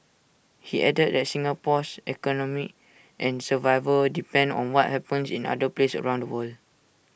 he added that Singapore's economy and survival depend on what happens in other places around the world